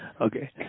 Okay